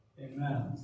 Amen